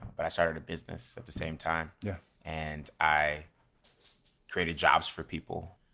but i started a business at the same time yeah and i created jobs for people.